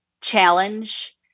challenge